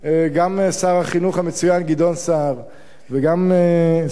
גם שר החינוך המצוין גדעון סער וגם שר